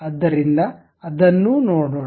ಆದ್ದರಿಂದ ಅದನ್ನೂ ನೋಡೋಣ